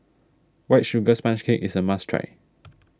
White Sugar Sponge Cake is a must try